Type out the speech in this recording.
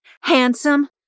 handsome